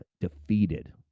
defeated